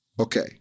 Okay